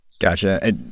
Gotcha